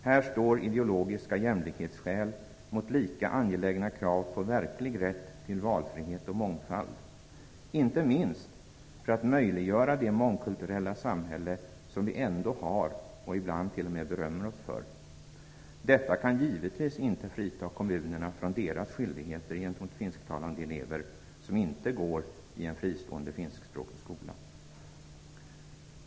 Här står ideologiska jämlikhetsskäl mot lika angelägna krav på verklig rätt till valfrihet och mångfald - inte minst för att möjliggöra det mångkulturella samhälle som vi ändå har och ibland t.o.m. berömmer oss för. Detta kan givetvis inte frita kommunerna från deras skyldigheter gentemot finsktalande elever som inte går i en fristående finskspråkig skola.